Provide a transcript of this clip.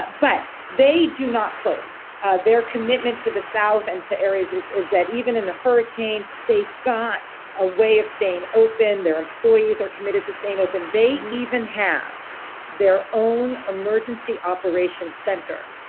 but they do not close their commitment to the south and to areas is is that even in a hurricane, they've got a way of staying open. their employees are committed to staying open. they even have their own emergency operations center,